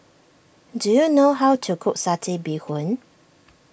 do you know how to cook Satay Bee Hoon